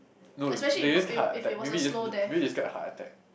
no they just heart attack maybe you just maybe you just get heart attack